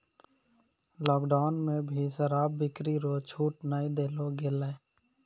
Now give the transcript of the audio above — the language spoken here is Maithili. लोकडौन मे भी शराब बिक्री रो छूट नै देलो गेलै